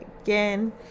again